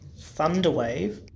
Thunderwave